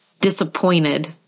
disappointed